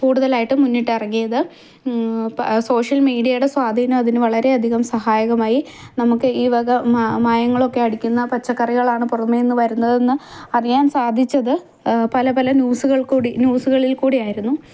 കൂടുതലായിട്ടും മുന്നിട്ടിറങ്ങിയത് സോഷ്യൽ മീഡിയയുടെ സ്വാധീനം അതിന് വളരെയധികം സഹായകമായി നമുക്ക് ഈ വക മായങ്ങളൊക്കെ അടിക്കുന്ന പച്ചക്കറികളാണ് പുറമെ നിന്ന് വരുന്നതെന്ന് അറിയാൻ സാധിച്ചത് പല പല ന്യൂസുകൾക്കൂടി ന്യൂസുകളിൽക്കൂടിയായിരുന്നു